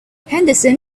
henderson